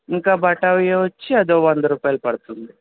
ఇంకా బత్తాయి వచ్చి అదొక వంద రూపాయిలు పడుతుంది